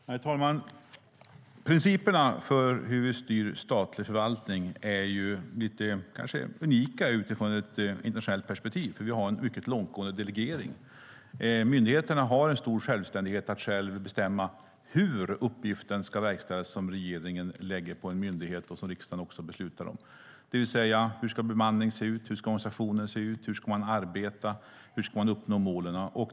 Herr talman! Principerna för hur vi styr statlig förvaltning är kanske unika utifrån ett internationellt perspektiv, eftersom vi har en mycket långtgående delegering. Myndigheterna har stor självständighet för att själva bestämma hur den uppgift ska verkställas som regeringen lägger på en myndighet och som riksdagen beslutar om. Det gäller hur bemanningen ska se ut, hur organisationen ska se ut, hur man ska arbeta och hur ska man uppnå målen.